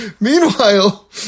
Meanwhile